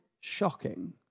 shocking